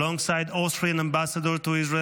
alongside Austrian Ambassador to Israel